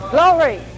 Glory